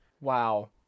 Wow